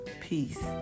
peace